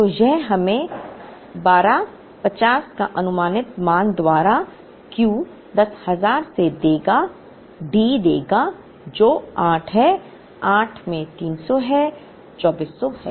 तो यह हमें 1250 का अनुमानित मान द्वारा Q 10000 से D देगा जो 8 है 8 में 300 है 2400 है